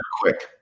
quick